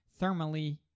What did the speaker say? thermally